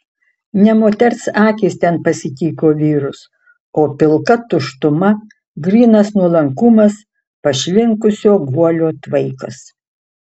ne moters akys ten pasitiko vyrus o pilka tuštuma grynas nuolankumas pašvinkusio guolio tvaikas